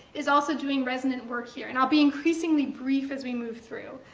is also doing resonant work here, and i'll be increasingly brief as we move through.